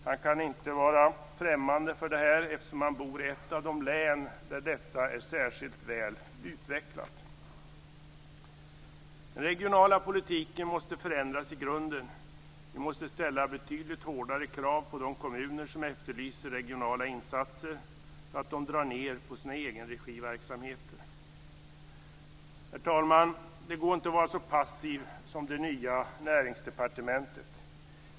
Han kan inte vara främmande för detta, eftersom han bor i ett av de län där detta är särskilt väl utvecklat. Den regionala politiken måste förändras i grunden. Vi måste ställa betydligt hårdare krav på att de kommuner som efterlyser regionala insatser drar ned på sina egenregiverksamheter. Herr talman! Det går inte att vara så passiv som det nya Näringsdepartementet.